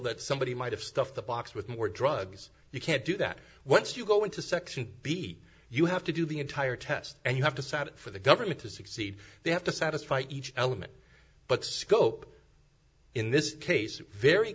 that somebody might have stuffed the box with more drugs you can't do that once you go into section b you have to do the entire test and you have to cite it for the government to succeed they have to satisfy each element but scope in this case very